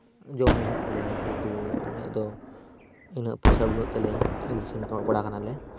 ᱡᱚᱢᱼᱧᱩ ᱦᱩᱭᱩᱜ ᱛᱞᱮᱭᱟ ᱡᱮᱦᱮᱛᱩ ᱟᱞᱮᱭᱟᱜ ᱫᱚ ᱤᱱᱟᱹᱜ ᱯᱚᱭᱥᱟ ᱵᱟᱹᱱᱩᱜ ᱛᱟᱞᱮᱭᱟ ᱟᱹᱛᱩ ᱫᱤᱥᱚᱢ ᱠᱚᱲᱟ ᱠᱟᱱᱟᱞᱮ